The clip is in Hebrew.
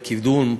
בקידום,